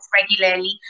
regularly